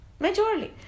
Majorly